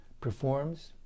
performs